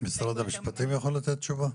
משרד המשפטים יכול לתת תשובה?